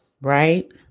right